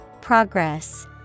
Progress